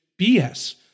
BS